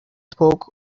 spoke